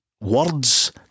words